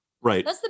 Right